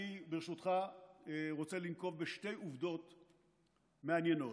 אני ברשותך רוצה לנקוב בשתי עובדות מעניינות.